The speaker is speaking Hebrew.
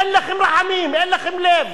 אין לכם רחמים, אין לכם לב,